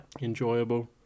Enjoyable